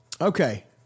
Okay